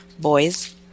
boys